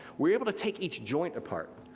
were able to take each joint apart.